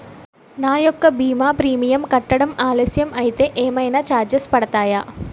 నా యెక్క భీమా ప్రీమియం కట్టడం ఆలస్యం అయితే ఏమైనా చార్జెస్ పడతాయా?